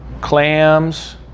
clams